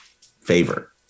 favor